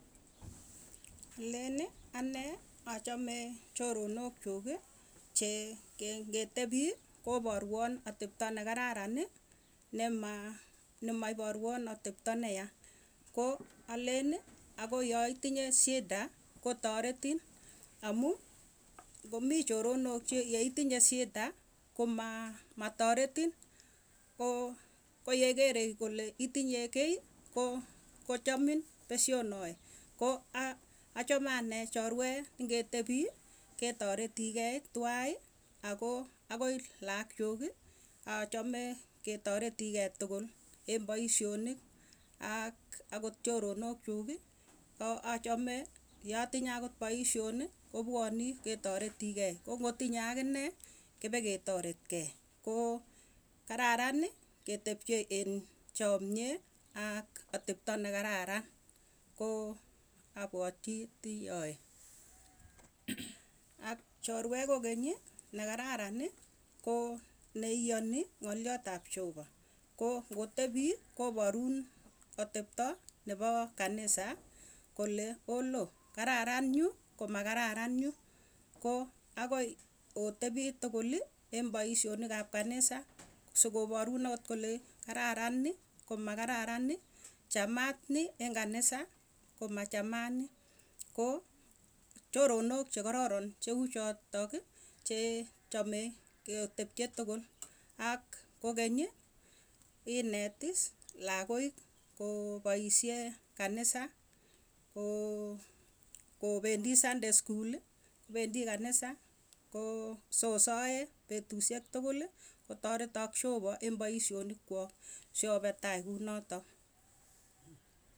Alenii anee achamee choronok chuukii chengetepii koporwoo atepto nekararani, nema nemaiporwon atepto neyaa. Koo alenii akoo yaitinye shida kotaretin, amuu komie choronok che yeitinye shida komaa matoretin koyekere kole itinye kiiy kochomin pesyonoe. ko achamee anee chorwee ningetepii ketoretiikei twaii ako agoi laak chuukii, achame ketoretiikeey tukul en poisyonik ak akot choronokchukii achame yaatinye akot paisyonikii ketaretigei. Koo ngotinye akine kepeketoretkei koo kararanii ketepchei en chamyee ak atepto nekararan ko apwatichi yoe. Ak chorwee kokeny nekararaniii koo neiyanii jehova koo ngotepi koparun atepto nepo kanisa kole oloo kararan yuu, komakararan yuu. Koo agoi otepii tukul en paisyoniikap kanisa sikoporun akot kole kararan nii komakararan nii, chamat nii en kanisa komachatnii koo choronok che kororon cheuchotok chee chamee ketepche tukul ak kokeny inet iss lakoiy kopoisyee kanisa koo kopendi sunday school ii kopendi kanisa koo so sae petusyek tukulii kotoretok jehova eng paisyonik kwok siopee tai kunotok.